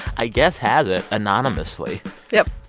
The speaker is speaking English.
i guess, has it anonymously yep